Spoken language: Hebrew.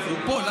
הוא פה.